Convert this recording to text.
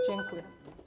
Dziękuję.